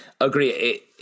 Agree